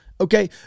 Okay